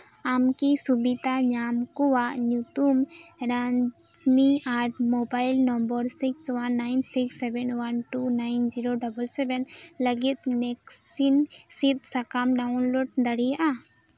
ᱟᱢ ᱠᱤ ᱥᱩᱵᱤᱫᱷᱟ ᱧᱟᱢ ᱠᱩᱣᱟᱜ ᱧᱩᱛᱩᱢ ᱨᱟᱡᱢᱤ ᱟᱨ mobile number six one nine six seven one two nine zero double seven ᱞᱟᱹᱜᱤᱫ ᱱᱮᱠᱥᱤᱱ ᱥᱤᱫ ᱥᱟᱠᱟᱢ ᱰᱟᱣᱩᱱᱞᱳᱰ ᱫᱟᱲᱤᱭᱟᱜ ᱟ